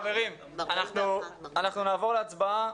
חברים, אנחנו נעבור להצבעה.